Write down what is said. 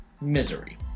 Misery